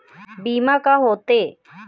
बीमा का होते?